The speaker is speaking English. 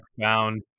found